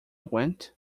went